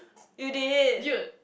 you did